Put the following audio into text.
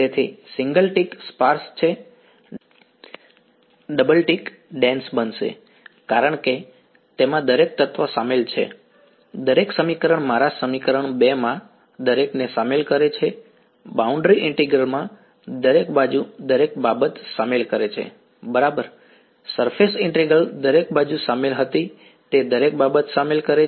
તેથી single tick sparse છે double tick dense બનશે કારણ કે તેમાં દરેક તત્વ શામેલ છે દરેક સમીકરણ મારા સમીકરણ 2 માં દરેકને સામેલ કરે છે બાઉન્ડ્રી ઇન્ટિગ્રલમાં દરેક બાજુ દરેક બાબત સામેલ કરે છે બરાબર સરફેસ ઇન્ટિગ્રલ દરેક બાજુ સામેલ હતી તે દરેક બાબત સામેલ કરે છે